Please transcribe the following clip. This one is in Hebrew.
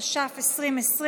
התש"ף 2020,